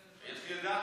יש לי עדה.